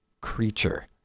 creature